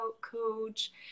coach